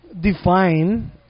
define